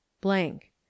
blank